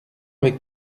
avec